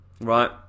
Right